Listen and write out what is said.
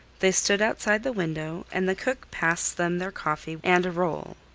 they stood outside the window and the cook passed them their coffee and a roll,